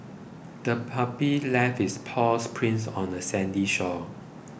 the puppy left its paw prints on the sandy shore